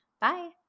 Bye